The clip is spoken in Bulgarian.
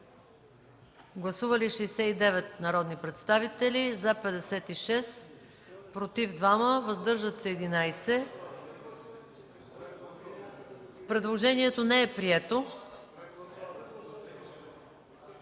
Гласували 69 народни представители: за 56, против 2, въздържали се 11. Предложението не е прието.